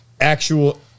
actual